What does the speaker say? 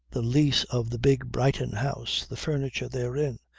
the lease of the big brighton house, the furniture therein,